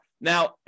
Now